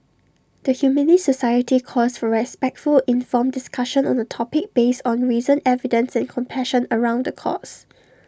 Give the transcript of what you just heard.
the Humanist society calls for respectful informed discussion on the topic based on reason evidence and compassion around the cause